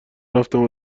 رفتم